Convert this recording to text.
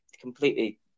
completely